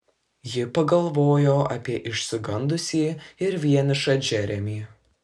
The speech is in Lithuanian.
ji pagalvojo apie išsigandusį ir vienišą džeremį